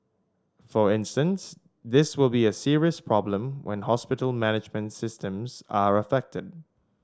for instance this will be a serious problem when hospital management systems are affected